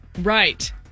Right